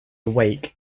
awake